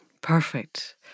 Perfect